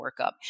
workup